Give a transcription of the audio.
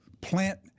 plant